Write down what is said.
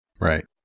Right